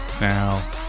Now